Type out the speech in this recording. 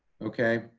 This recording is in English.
okay?